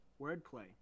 wordplay